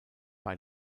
bei